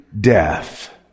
death